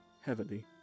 Heavily